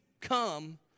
come